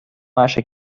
acha